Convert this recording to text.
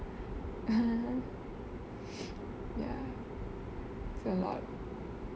ya it's alot